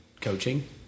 coaching